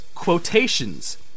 quotations